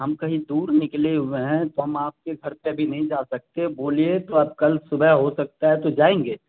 ہم کہیں دور نکلے ہوئے ہیں تو ہم آپ کے گھر پہ ابھی نہیں جا سکتے بولیے تو اب کل صبح ہو سکتا ہے تو جائیں گے